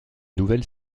nouvelle